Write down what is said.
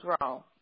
wrong